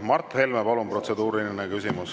Mart Helme, palun, protseduuriline küsimus!